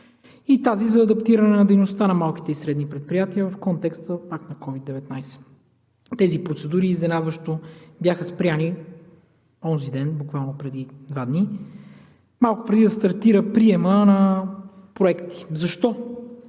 и тази за адаптиране на дейността на малките и средни предприятия в контекста пак на COVID-19. Тези процедури изненадващо бяха спрени онзи ден, буквално преди два дни, малко преди да стартира приемът на проекти. Защо?